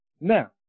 Now